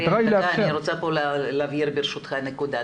אריאל, אני רוצה ברשותך להבהיר נקודה.